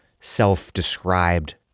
self-described